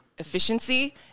Efficiency